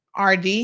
RD